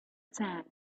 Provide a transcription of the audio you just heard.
tank